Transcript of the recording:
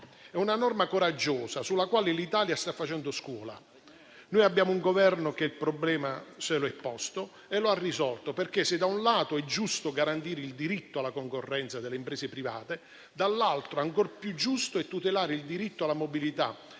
È una norma coraggiosa sulla quale l'Italia sta facendo scuola. Noi abbiamo un Governo che il problema se lo è posto e lo ha risolto, perché se da un lato è giusto garantire il diritto alla concorrenza delle imprese private, dall'altro ancor più giusto è tutelare il diritto alla mobilità